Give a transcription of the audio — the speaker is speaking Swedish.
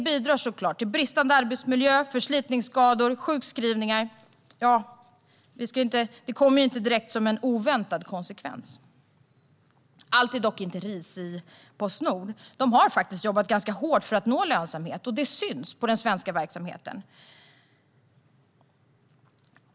Bristande arbetsmiljö, förslitningsskador och sjukskrivningar kommer inte direkt som en oväntad konsekvens. Allt är dock inte ris i Postnord. De har faktiskt jobbat ganska hårt för att nå lönsamhet, och det syns i den svenska verksamheten.